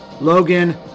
Logan